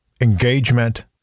engagement